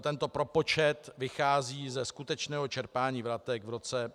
Tento propočet vychází ze skutečného čerpání vratek v roce 2013.